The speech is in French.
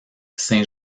saint